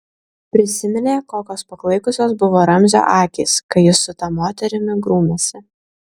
prisiminė kokios paklaikusios buvo ramzio akys kai jis su ta moterimi grūmėsi